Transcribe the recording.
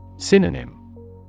Synonym